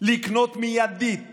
לקנות מיידית